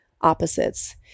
opposites